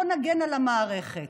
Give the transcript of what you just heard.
בוא נגן על המערכת.